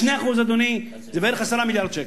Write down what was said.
2%, אדוני, זה בערך 10 מיליארד שקל.